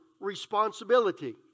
responsibility